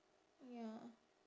ya